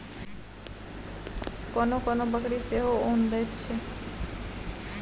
कोनो कोनो बकरी सेहो उन दैत छै